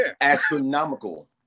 Astronomical